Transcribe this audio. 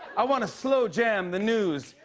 i wanna slow jam the news.